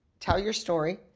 tell your story,